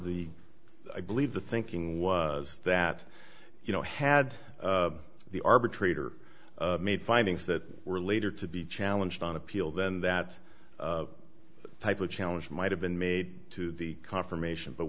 i believe the thinking was that you know had the arbitrator made findings that were later to be challenged on appeal then that type of challenge might have been made to the confirmation